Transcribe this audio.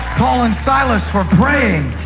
paul and silas were praying